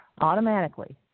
automatically